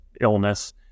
illness